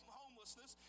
homelessness